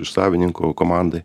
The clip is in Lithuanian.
iš savininko komandai